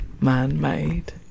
Man-made